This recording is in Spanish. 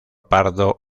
pardo